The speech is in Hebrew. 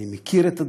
ואני מכיר את הדברים,